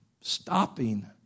stopping